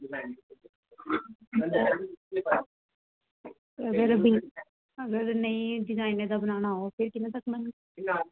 अगर पिंक अगर नेई डिजाइन दा बनाना होग ते सिंपल बनाई उड़ो नां